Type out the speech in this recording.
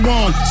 one